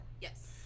Yes